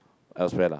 elsewhere lah